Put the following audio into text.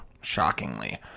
shockingly